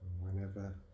Whenever